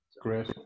great